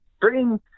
bring